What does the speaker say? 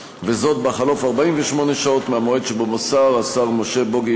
בחלוף 48 שעות מהמועד שבו מסר השר משה בוגי